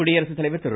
குடியரசு தலைவர் திரு